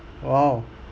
!wow!